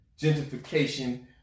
gentrification